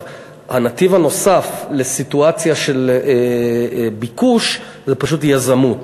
הנתיב הנוסף לסיטואציה של ביקוש זה פשוט יזמות,